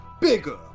bigger